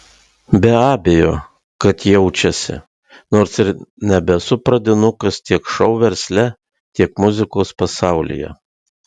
be abejo kad jaučiasi nors ir nebesu pradinukas tiek šou versle tiek muzikos pasaulyje